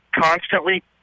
constantly